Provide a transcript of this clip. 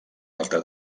alta